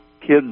kids